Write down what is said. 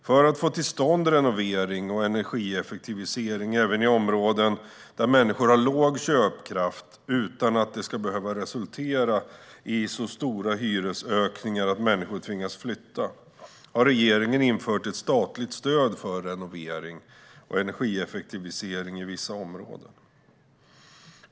För att få till stånd renovering och energieffektivisering även i områden där människor har låg köpkraft utan att det ska behöva resultera i så stora hyresökningar att människor tvingas flytta har regeringen infört ett statligt stöd för renovering och energieffektivisering i vissa områden.